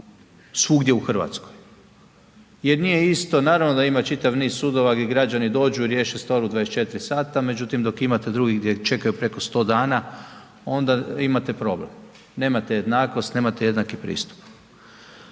svugdje u Hrvatskoj. Jer nije isto, naravno da ima čitav niz sudova gdje građani dođu, riješe stvar u 24 sata, međutim dok imate drugih gdje čekaju preko 100 dana, onda imate problem. Nemate jednakost, nemate jednaki pristup.